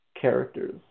characters